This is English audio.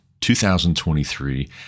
2023